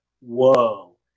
whoa